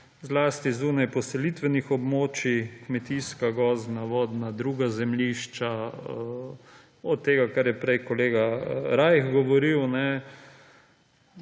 zlasti zunaj poselitvenih območij, kmetijska, gozdna, vodna, druga zemljišča, do tega, kar je prej kolega Rajh govoril.